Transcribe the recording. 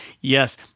yes